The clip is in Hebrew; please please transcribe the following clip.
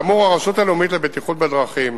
כאמור, הרשות הלאומית לבטיחות בדרכים